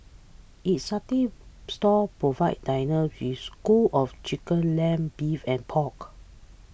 its satay stalls provide diners with skewers of chicken lamb beef and pork